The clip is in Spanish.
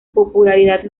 popularidad